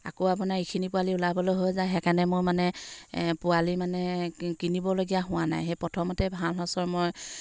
আকৌ আপোনাৰ ইখিনি পোৱালি ওলাবলৈ হৈ যায় সেইকাৰণে মই মানে পোৱালি মানে কিনিবলগীয়া হোৱা নাই সেই প্ৰথমতে ভাল সঁচৰ মই